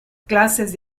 clases